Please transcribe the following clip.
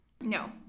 no